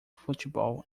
futebol